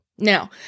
Now